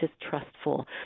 distrustful